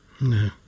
No